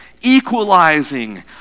equalizing